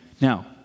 Now